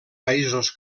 països